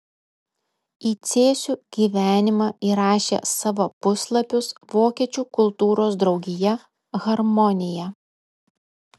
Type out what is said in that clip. į cėsių gyvenimą įrašė savo puslapius vokiečių kultūros draugija harmonija